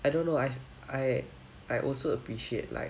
I don't know I I I also appreciate like